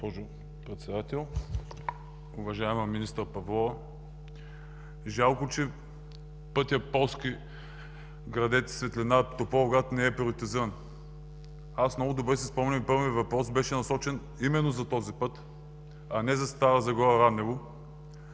първият ми въпрос беше насочен именно за този път, а не за Стара Загора – Раднево.